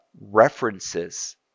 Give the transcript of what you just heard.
references